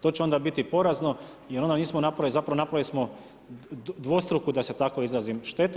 To će onda biti porazno jer onda nismo napravili, zapravo napravili smo dvostruku, da se tako izrazim štetu.